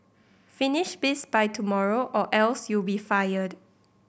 finish this by tomorrow or else you'll be fired